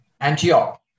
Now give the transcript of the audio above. Antioch